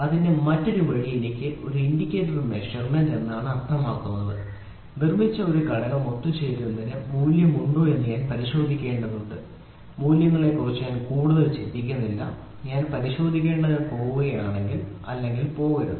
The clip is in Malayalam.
അതിന്റെ മറ്റൊരു വഴി എനിക്ക് ഒരു ഇൻഡിക്കേറ്റർ മെഷർമെന്റ് ഇൻഡിക്കേറ്റർ മെഷർമെന്റ് എന്നാണ് അർത്ഥമാക്കുന്നത് നിർമ്മിച്ച ഈ ഘടകം ഒത്തുചേരുന്നതിന് മൂല്യമുണ്ടോ എന്ന് ഞാൻ പരിശോധിക്കേണ്ടതുണ്ട് മൂല്യങ്ങളെക്കുറിച്ച് ഞാൻ കുറഞ്ഞത് ചിന്തിക്കുന്നില്ലേ ഞാൻ പരിശോധിക്കേണ്ടതുണ്ട് പോകുകയാണെങ്കിൽ അത് പോകുന്നില്ലെങ്കിൽ പോകരുത്